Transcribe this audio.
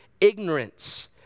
ignorance